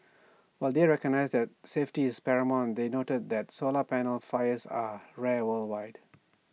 while they recognised that safety is paramount they noted that solar panel fires are rare worldwide